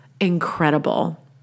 incredible